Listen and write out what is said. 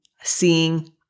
seeing